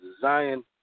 Zion